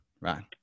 right